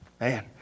Man